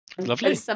Lovely